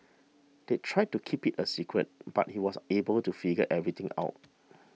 they tried to keep it a secret but he was able to figure everything out